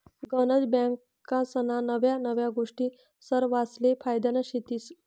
गनज बँकास्ना नव्या नव्या गोष्टी सरवासले फायद्यान्या शेतीस